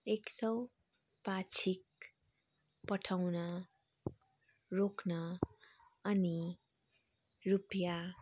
एक सय पाक्षिक पठाउन रोक्न अनि रुपियाँ